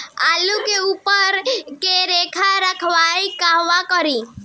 आलू के उपज के रख रखाव कहवा करी?